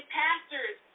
pastors